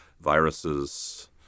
viruses